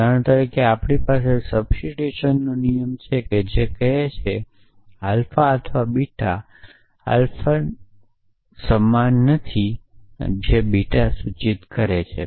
ઉદાહરણ તરીકે આપણી પાસે આ સબસ્ટીટ્યુશનનો નિયમ છે જે કહે છે કે આલ્ફા અથવા બીટા આલ્ફા સમાન નથી બીટા સૂચિત કરે છે